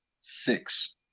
six